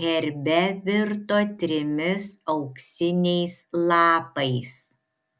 herbe virto trimis auksiniais lapais